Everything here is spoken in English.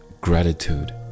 gratitude